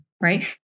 Right